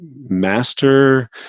master